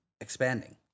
expanding